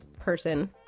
person